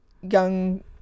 young